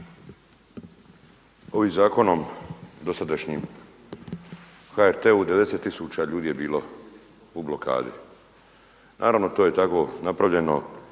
ovim zakonom dosadašnjim o HRT-u 90000 ljudi je bilo u blokadi. Naravno to je tako napravljeno.